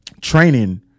training